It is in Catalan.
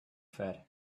fer